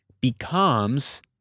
becomes